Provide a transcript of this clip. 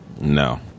No